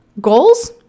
goals